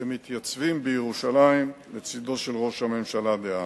שמתייצבים בירושלים לצדו של ראש הממשלה דאז.